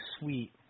sweet